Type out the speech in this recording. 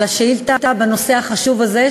על השאילתה בנושא החשוב הזה,